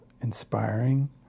inspiring